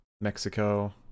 Mexico